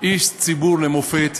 איש ציבור למופת,